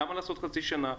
למה לעשות חצי שנה?